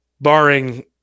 barring